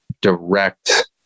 direct